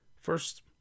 First